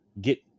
get